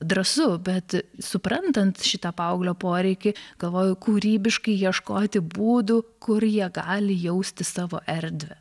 drąsu bet suprantant šitą paauglio poreikį galvoju kūrybiškai ieškoti būdų kur jie gali jausti savo erdvę